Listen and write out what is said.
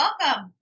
welcome